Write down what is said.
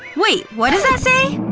wait, what does that say?